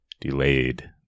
delayed